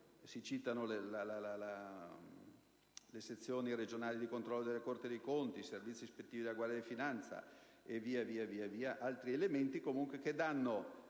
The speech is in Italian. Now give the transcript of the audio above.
(si citano le sezioni regionali di controllo della Corte dei conti, i servizi ispettivi della Guardia di finanza) e altri elementi che